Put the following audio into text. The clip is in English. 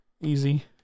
Easy